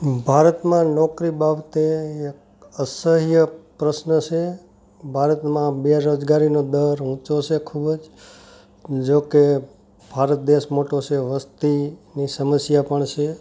ભારતમાં નોકરી બાબતે એક અસહ્ય પ્રશ્ન છે ભારતમાં બેરોજગારીનો દર ઊંચો છે ખૂબ જ જો કે ભારત દેશ મોટો છે વસ્તીની સમસ્યા પણ છે